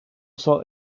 saw